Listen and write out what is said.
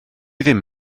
ddim